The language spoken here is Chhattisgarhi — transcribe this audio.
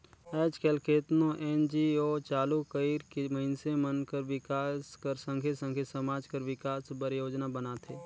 आएज काएल केतनो एन.जी.ओ चालू कइर के मइनसे मन कर बिकास कर संघे संघे समाज कर बिकास बर योजना बनाथे